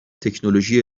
تکنولوژی